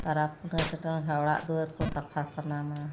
ᱯᱚᱨᱚᱵᱽᱼᱯᱩᱱᱟᱹᱭ ᱥᱮᱴᱮᱨ ᱞᱮᱱᱠᱷᱟᱡ ᱚᱲᱟᱜᱼᱫᱩᱭᱟᱹᱨ ᱠᱚ ᱥᱟᱯᱷᱟ ᱥᱟᱱᱟᱢᱟ